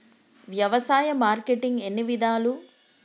వ్యవసాయ మార్కెటింగ్ ఎన్ని విధాలు?